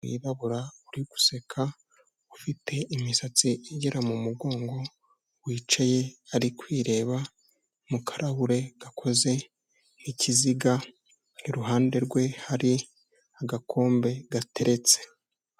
Umwirabura uri guseka ufite imisatsi igera mu mugongo wicaye ari kwireba mu karahure gakoze nk'ikiziga iruhande rwe hari agakombe gateretse.